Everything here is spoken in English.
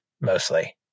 mostly